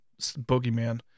boogeyman